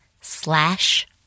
slash